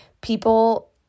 people